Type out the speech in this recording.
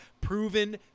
proven